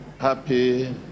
happy